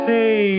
Hey